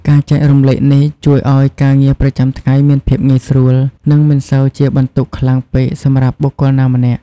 ការចែករំលែកនេះជួយឲ្យការងារប្រចាំថ្ងៃមានភាពងាយស្រួល និងមិនសូវជាបន្ទុកខ្លាំងពេកសម្រាប់បុគ្គលណាម្នាក់។